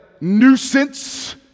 nuisance